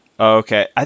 okay